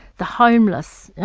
the homeless.